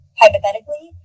hypothetically